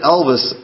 Elvis